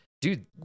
dude